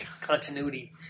Continuity